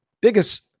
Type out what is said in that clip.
Biggest